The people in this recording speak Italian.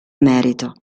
merito